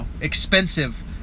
expensive